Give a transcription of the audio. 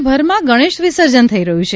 રાજ્યભરમાં ગણેશ વિસર્જન થઇ રહ્યું છે